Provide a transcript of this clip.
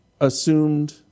assumed